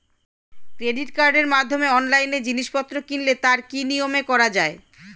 Credit কার্ডের মাধ্যমে অনলাইনে জিনিসপত্র কিনলে তার কি নিয়মে করা যায়?